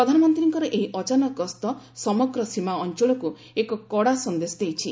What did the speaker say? ପ୍ରଧାନମନ୍ତ୍ରୀଙ୍କର ଏହି ଅଚାନକ ଗସ୍ତ ସମଗ୍ର ସୀମା ଅଞ୍ଚଳକୁ ଏକ କଡ଼ା ସନ୍ଦେଶ ଦେଇଛି